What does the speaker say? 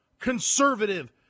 conservative